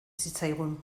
zitzaigun